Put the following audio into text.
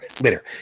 later